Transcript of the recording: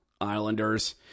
Islanders